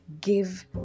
Give